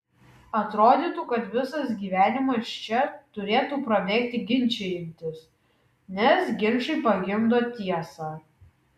atrodytų kad visas gyvenimas čia turėtų prabėgti ginčijantis nes ginčai pagimdo tiesą